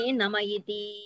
Namayiti